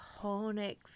iconic